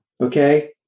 okay